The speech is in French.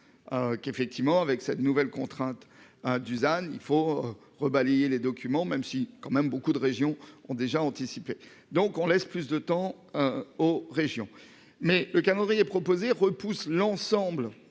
Qu'effectivement avec cette nouvelle contrainte hein Dusan il faut rebalayer les documents même si quand même beaucoup de régions ont déjà anticipé. Donc on laisse plus de temps aux régions, mais le calendrier proposé repousse l'ensemble